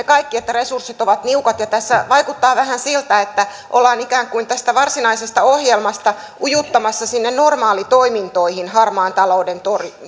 kaikki että resurssit ovat niukat tässä vaikuttaa vähän siltä että ollaan ikään kuin tästä varsinaisesta ohjelmasta ujuttamassa sinne normaalitoimintoihin harmaan talouden